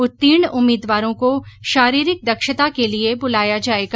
उत्तीर्ण उम्मीदवारों को शारीरिक दक्षता के लिए बुलाया जाएगा